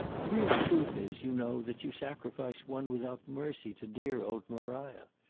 the real truth is, you know, that you sacrifice one without mercy to dear old maria.